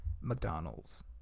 McDonald's